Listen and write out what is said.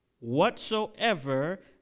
Whatsoever